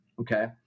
okay